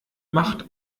macht